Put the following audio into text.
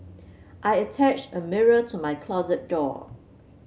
I attached a mirror to my closet door